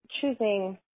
choosing